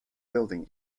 building